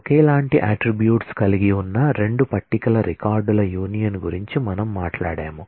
ఒకేలాంటి అట్ట్రిబ్యూట్స్ కలిగి ఉన్న రెండు టేబుల్ల రికార్డుల యూనియన్ గురించి మనం మాట్లాడాము